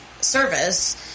service